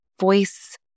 voice